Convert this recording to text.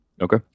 Okay